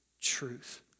truth